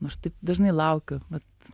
aš taip dažnai laukiu vat